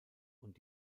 und